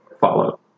follow